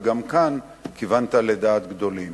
וגם כאן כיוונת לדעת גדולים.